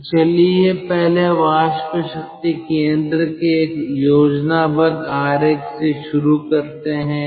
तो चलिए पहले वाष्प शक्ति केंद्र के एक योजनाबद्ध आरेख से शुरू करते हैं